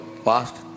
past